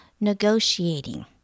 negotiating